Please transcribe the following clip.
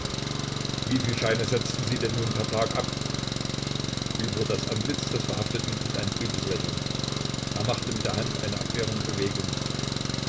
wieviel scheine setzten sie denn nun per tag ab über das antlitz des verhafteten glitt ein trübes lächeln er machte mit der hand eine abwehrende bewegung